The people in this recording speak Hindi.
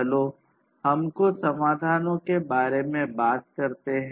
चलो हम कुछ समाधानों के बारे में बात करते हैं